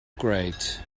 great